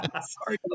Sorry